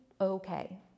okay